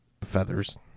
feathers